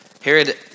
Herod